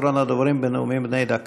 אחרון הדוברים בנאומים בני דקה.